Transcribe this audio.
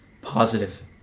positive